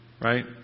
right